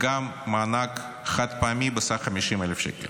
וגם מענק חד-פעמי בסך 50,000 שקל.